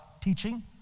teaching